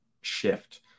shift